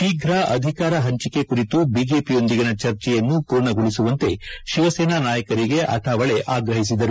ಶೀಘ್ರ ಅಧಿಕಾರ ಹಂಚಿಕೆ ಕುರಿತು ಬಿಜೆಪಿಯೊಂದಿಗಿನ ಚರ್ಚೆಯನ್ನು ಪೂರ್ಣಗೊಳಿಸುವಂತೆ ಶಿವಸೇನಾ ನಾಯಕರಿಗೆ ಅಠಾವಲೆ ಆಗ್ರಹಿಸಿದರು